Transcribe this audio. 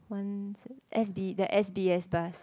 one S_B~ the S_B_S bus